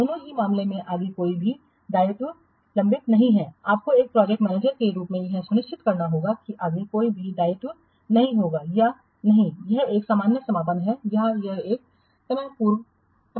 दोनों ही मामलों में आगे कोई दायित्व लंबित नहीं है आपको एक प्रोजेक्ट मैनेजर के रूप में यह सुनिश्चित करना होगा कि आगे कोई दायित्व लंबित नहीं है या नहीं यह एक सामान्य समापन है या यह एक समय पूर्व समाप्ति है